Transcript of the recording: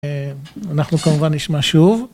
אנחנו כמובן נשמע שוב.